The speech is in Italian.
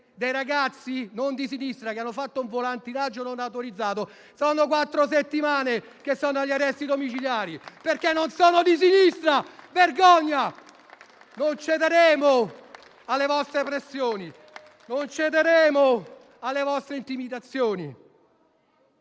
dei ragazzi, non di sinistra, che hanno fatto un volantinaggio non autorizzato sono da quattro settimane agli arresti domiciliari, perché non sono di sinistra. Vergogna! Non cederemo alle vostre pressioni. Non cederemo alle vostre intimidazioni.